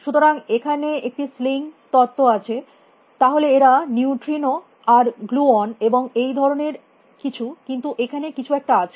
সুতরাং এখানে একটি স্লিং তত্ত্ব আছে তাহলে এরা নিউট্রিনো আর গ্লুঅন এবং এই ধরনের কিছু কিন্তু সেখানে কিছু একটা আছে